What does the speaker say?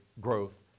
growth